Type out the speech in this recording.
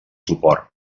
suport